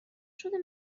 شده